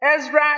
Ezra